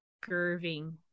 curving